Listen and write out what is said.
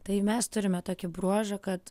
tai mes turime tokį bruožą kad